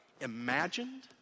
imagined